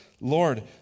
Lord